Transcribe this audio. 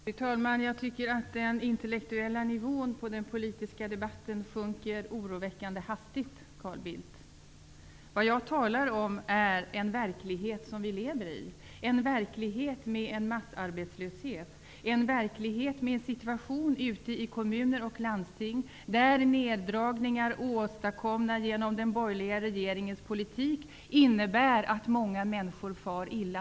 Fru talman! Jag tycker att den intellektuella nivån på den politiska debatten sjunker oroväckande hastigt, Carl Bildt. Vad jag talar om är den verklighet som vi lever i. Det är en verklighet med en massarbetslöshet, en situation ute i kommuner och landsting där neddragningar åstadkomna genom den borgerliga regeringens politik innebär att många människor far illa.